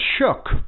shook